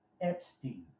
Epstein